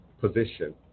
position